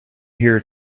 here